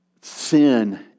sin